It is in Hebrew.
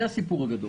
זה הסיפור הגדול.